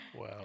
Wow